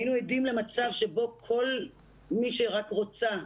היינו עדים למצב שבו כל מי שרק רוצה,